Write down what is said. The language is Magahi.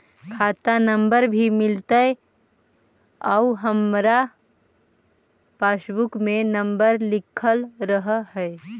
खाता नंबर भी मिलतै आउ हमरा पासबुक में नंबर लिखल रह है?